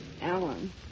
Alan